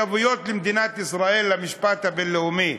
למדינת ישראל ישנן מחויבויות למשפט הבין-לאומי.